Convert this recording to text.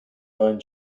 nine